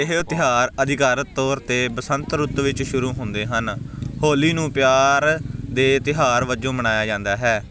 ਇਹ ਤਿਉਹਾਰ ਅਧਿਕਾਰਤ ਤੌਰ 'ਤੇ ਬਸੰਤ ਰੁੱਤ ਵਿੱਚ ਸ਼ੁਰੂ ਹੁੰਦੇ ਹਨ ਹੋਲੀ ਨੂੰ ਪਿਆਰ ਦੇ ਤਿਉਹਾਰ ਵਜੋਂ ਮਨਾਇਆ ਜਾਂਦਾ ਹੈ